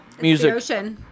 music